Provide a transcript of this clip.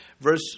Verse